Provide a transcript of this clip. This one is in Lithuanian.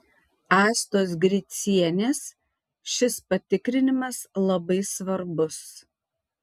astos gricienės šis patikrinimas labai svarbus